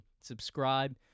subscribe